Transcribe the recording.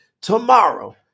tomorrow